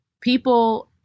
People